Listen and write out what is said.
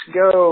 go